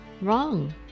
wrong